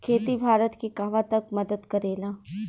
खेती भारत के कहवा तक मदत करे ला?